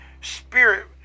spirit